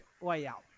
layout